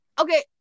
Okay